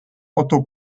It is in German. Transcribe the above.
otto